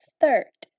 third